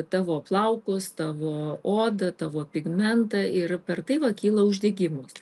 tavo plaukus tavo odą tavo pigmentą ir per tai va kyla uždegimas